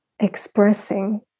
Expressing